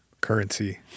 currency